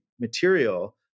material